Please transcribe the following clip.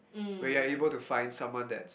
where you are able to find someone that